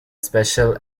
special